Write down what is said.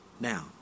now